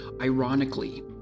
Ironically